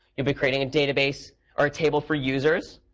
you'll be creating a database or a table for users.